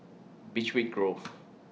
Beechweed Grove